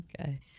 Okay